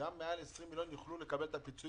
שגם מעל מחזור של 20 מיליון שקל יוכלו לקבל את הפיצויים,